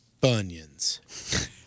Bunions